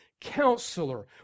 counselor